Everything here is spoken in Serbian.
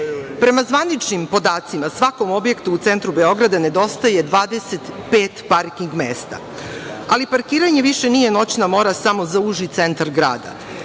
zvaničnim podacima svakom objektu u centru Beograda nedostaje 25 parking mesta, ali parkiranje više nije noćna mora samo za uži centar grada.